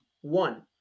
One